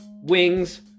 Wings